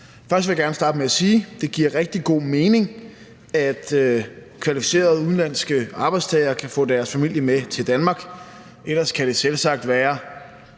Først vil jeg gerne starte med at sige, at det giver rigtig god mening, at kvalificerede udenlandske arbejdstagere kan få deres familie med til Danmark. Ellers kan det selvsagt være